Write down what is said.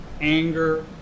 anger